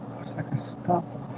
like a stoplight